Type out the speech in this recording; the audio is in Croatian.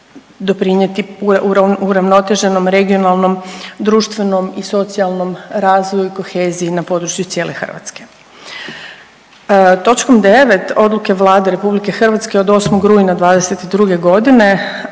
doprinijeti uravnoteženom regionalnom društvenom i socijalnom razvoju kohezije na području cijele Hrvatske. Točkom 9. Odluke Vlade RH od 8. rujna '22. godine